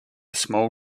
small